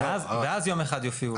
ואז, ואז יום אחד יופיעו לו בבית.